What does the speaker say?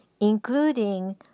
including